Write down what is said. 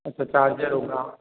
एक तो चार्जर होगा